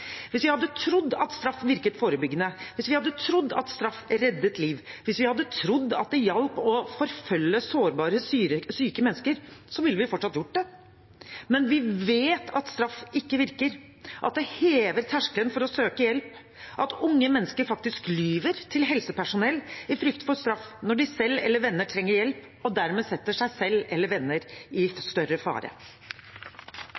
Hvis vi hadde trodd at straff virket forebyggende, hvis vi hadde trodd at straff reddet liv, hvis vi hadde trodd at det hjalp å forfølge sårbare, syke mennesker, ville vi fortsatt gjort det. Men vi vet at straff ikke virker, at det hever terskelen for å søke hjelp, at unge mennesker faktisk lyver til helsepersonell i frykt for straff når de selv eller venner trenger hjelp, og dermed setter seg selv eller venner i